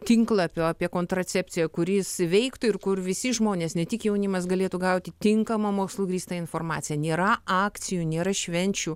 tinklapio apie kontracepciją kuris veiktų ir kur visi žmonės ne tik jaunimas galėtų gauti tinkamą mokslu grįstą informaciją nėra akcijų nėra švenčių